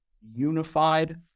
unified